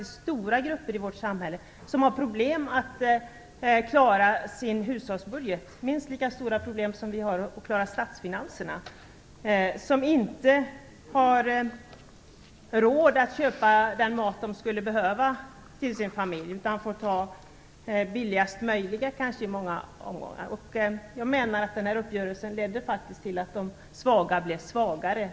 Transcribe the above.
I dag har stora grupper i vårt samhälle problem att klara sin hushållsbudget - minst lika stora problem som vi har att klara statsfinanserna - och de har inte råd att köpa den mat de skulle behöva till sin familj utan får kanske många gånger ta billigast möjliga. Jag menar att uppgörelsen ledde till att de svaga blev svagare.